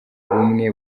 bw’umwe